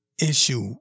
issue